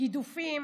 גידופים